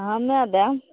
हम्मे देब